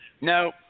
no